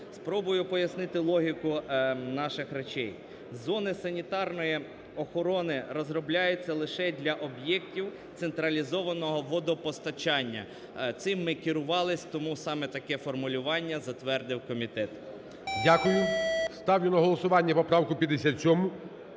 Спробую пояснити логіку наших речей: зони санітарної охорони розробляються лише для об'єктів централізованого водопостачання. Цим ми керувалися, тому саме таке формулювання затвердив комітет. ГОЛОВУЮЧИЙ. Дякую. Ставлю на голосування поправку 57.